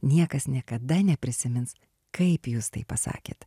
niekas niekada neprisimins kaip jūs tai pasakėt